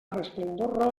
resplendor